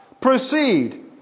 proceed